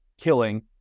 killing